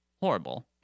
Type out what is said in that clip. horrible